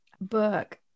book